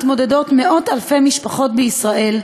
הציבור ומיוקר המחיה שעמם מתמודדות מאות-אלפי משפחות בישראל,